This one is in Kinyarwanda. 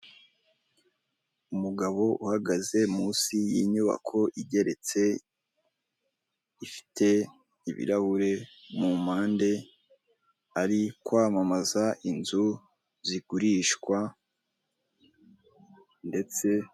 Umugabo uhagaze munsi y'inyubako igeretse, ifite ibirahuri mu mpande, ari kwamamaza inzu zigurishwa ndetse